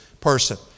person